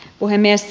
puhemies